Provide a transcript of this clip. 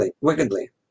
wickedly